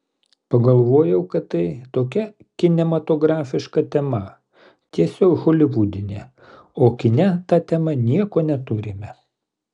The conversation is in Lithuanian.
pagalvojau kad tai tokia kinematografiška tema tiesiog holivudinė o kine ta tema nieko neturime